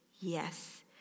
yes